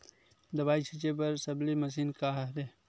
दवाई छिंचे बर सबले मशीन का हरे?